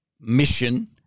mission